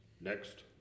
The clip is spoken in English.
next